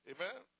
Amen